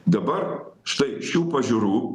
dabar štai šių pažiūrų